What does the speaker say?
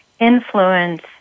influence